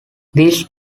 these